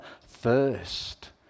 thirst